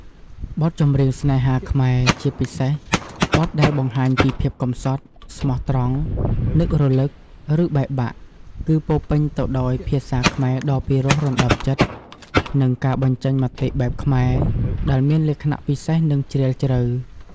បទចម្រៀងស្នេហាខ្មែរ ជាពិសេសបទដែលបង្ហាញពី ភាពកម្សត់ ស្មោះត្រង់ នឹករលឹក ឬបែកបាក់ គឺពោរពេញទៅដោយ ភាសាខ្មែរដ៏ពីរោះរណ្ដំចិត្ត និងការបញ្ចេញមតិបែបខ្មែរ ដែលមានលក្ខណៈពិសេស និងជ្រាលជ្រៅ។